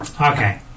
Okay